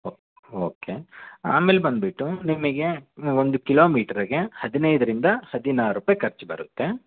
oak okay ಆಮೇಲೆ ಬಂದುಬಿಟ್ಟು ನಿಮಗೆ ಒಂದು ಕಿಲೋಮೀಟರಿಗೆ ಹದಿನೈದರಿಂದ ಹದಿನಾರು ರೂಪಾಯಿ ಖರ್ಚು ಬರುತ್ತೆ